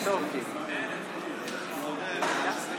כי הצעת